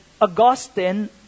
Augustine